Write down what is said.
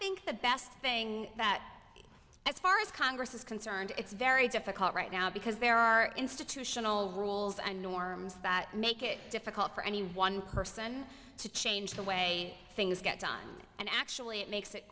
think the best thing that as far as congress is concerned it's very difficult right now because there are institutional rules and norms that make it difficult for any one person to change the way things get done and actually it makes it